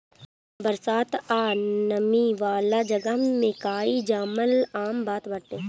बरसात आ नमी वाला जगह में काई जामल आम बात बाटे